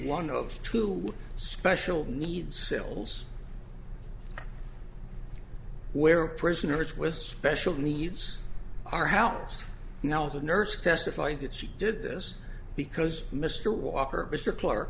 one of two special needs cells where prisoners with special needs are house now is a nurse testified that she did this because mr